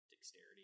dexterity